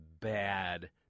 bad